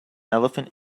elephant